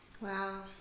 Wow